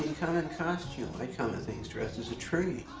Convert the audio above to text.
kind of in costume. i come to things dressed as a tree,